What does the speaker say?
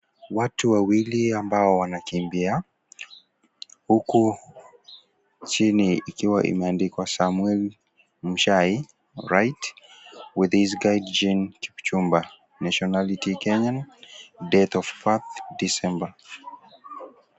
Watu wawili ambao wanakimbia huku chini ikiwa imeandikwa Samuel Muchai right with his guide Jean Kipchumba . Nationality Kenyan date of birth December